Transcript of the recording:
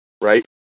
right